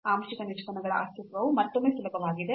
ಆಂಶಿಕ ನಿಷ್ಪನ್ನಗಳ ಅಸ್ತಿತ್ವವು ಮತ್ತೊಮ್ಮೆ ಸುಲಭವಾಗಿದೆ